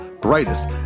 brightest